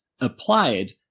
applied